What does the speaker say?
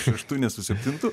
šeštu ne su septintu